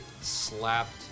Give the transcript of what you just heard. slapped